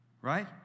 Right